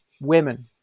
women